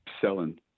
selling